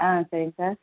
ஆ சரிங்க சார்